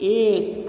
एक